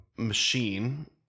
Machine